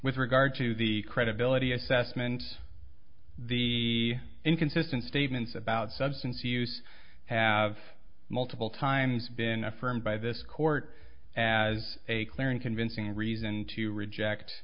with regard to the credibility assessment the inconsistent statements about substance use have multiple times been affirmed by this court as a clear and convincing reason to reject